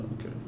Okay